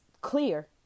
clear